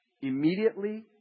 immediately